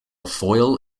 foil